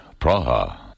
Praha